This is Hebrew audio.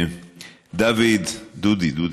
דוד, דודי,